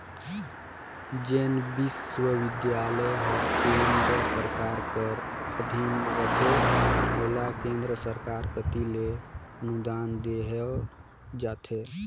जेन बिस्वबिद्यालय हर केन्द्र सरकार कर अधीन रहथे ओला केन्द्र सरकार कती ले अनुदान देहल जाथे